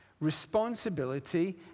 responsibility